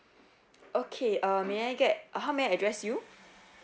okay uh may I get uh how may I address you